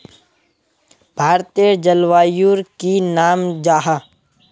भारतेर जलवायुर की नाम जाहा?